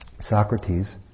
Socrates